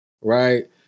right